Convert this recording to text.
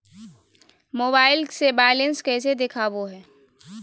Mobile से balance कैसे देखाबो है?